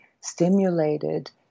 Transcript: stimulated